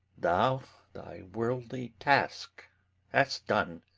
thou thy worldly task hast done,